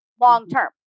long-term